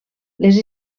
les